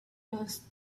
those